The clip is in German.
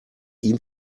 ihm